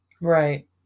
Right